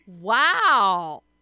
wow